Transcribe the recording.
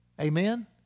Amen